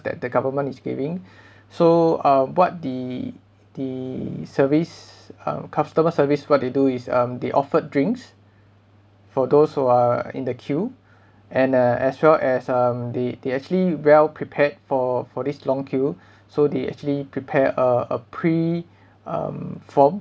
that the government is giving so uh what the the service um customer service what they do is um they offered drinks for those who are in the queue and uh as well as um they they actually well prepared for for this long queue so they actually prepared uh a pre~ um form